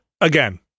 again